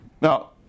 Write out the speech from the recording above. Now